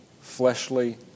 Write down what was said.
fleshly